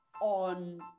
on